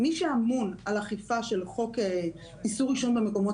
מי שאמון על אכיפה של חוק איסור עישון במקומות